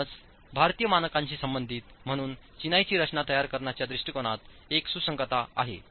म्हणूनच भारतीय मानकांशी संबंधित म्हणून चिनाईची रचना तयार करण्याच्या दृष्टीकोनात एक सुसंगतता आहे